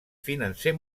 financer